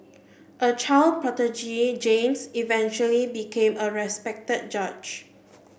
a child prodigy James eventually became a respected judge